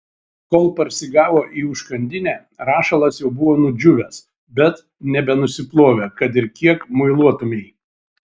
kol parsigavo į užkandinę rašalas jau buvo nudžiūvęs bet nebenusiplovė kad ir kiek muiluotumei